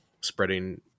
spreading